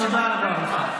תודה רבה לך.